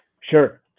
sure